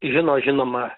žino žinoma